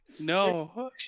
no